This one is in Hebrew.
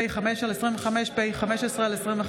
פ/5/25, פ/15/25,